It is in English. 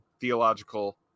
Theological